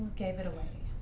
gave it away?